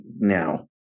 now